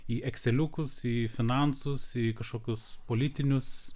į ekseliukus į finansus į kažkokius politinius